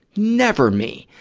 never me.